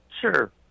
Sure